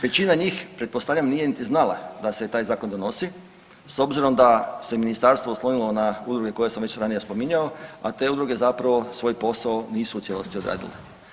Većina njih pretpostavljam nije niti znala da se taj zakon donosi s obzirom da se ministarstvo oslonilo na udruge koje sam već ranije spominjao, a te udruge zapravo svoj posao nisu u cijelosti odradile.